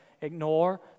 ignore